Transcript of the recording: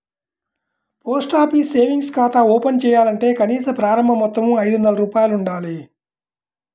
post office savings ఖాతా open చేయాలంటే కనీస ప్రారంభ మొత్తం ఐదొందల రూపాయలు ఉండాలి